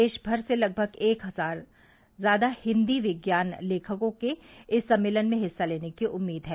देश भर से लगभग एक हजार से ज्यादा हिन्दी विज्ञान लेखकों के इस सम्मेलन में हिस्सा लेने की उम्मीद है